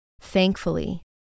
Thankfully